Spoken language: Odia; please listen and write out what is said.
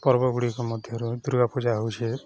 ପର୍ବ ଗୁଡ଼ିକ ମଧ୍ୟରୁ ଦୁର୍ଗା ପୂଜା ହଉଛେ